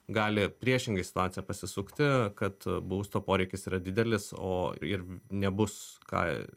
gali priešingai situacija pasisukti kad būsto poreikis yra didelis o ir nebus ką